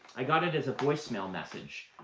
i got it as a voicemail message.